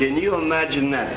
can you imagine that